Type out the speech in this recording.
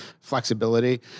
flexibility